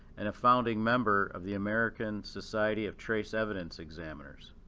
and a founding member of the american society of trace evidence examiners.